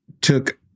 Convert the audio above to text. took